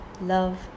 love